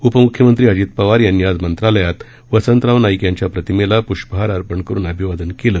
उपम्ख्यमंत्री अजीत पवार यांनी आज मंत्रालयात वसंतराव नाईक यांच्या प्रतिमेला पृष्पहार अर्पण करून अभिवादन केलं